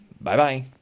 Bye-bye